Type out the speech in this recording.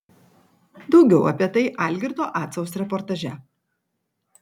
daugiau apie tai algirdo acaus reportaže